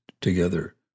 together